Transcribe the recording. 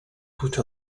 put